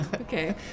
Okay